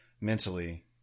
mentally